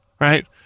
right